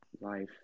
life